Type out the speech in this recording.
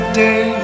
day